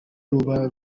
ruba